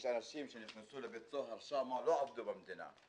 יש אנשים שנכנסו לבית סוהר שם, לא עבדו במדינה,